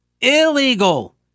illegal